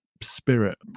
spirit